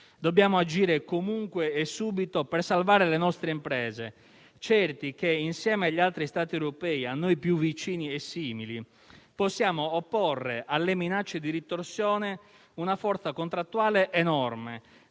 Dobbiamo agire comunque e subito per salvare le nostre imprese, certi che, insieme agli altri Stati europei a noi più vicini e simili, possiamo opporre alle minacce di ritorsione una forza contrattuale enorme